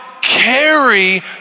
carry